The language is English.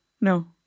No